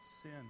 Sin